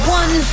one